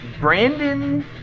Brandon